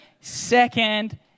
second